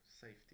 safety